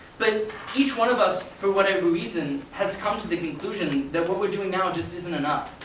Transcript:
but each one of us, for whatever reason, has come to the conclusion that what we are doing now just isn't enough.